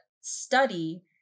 study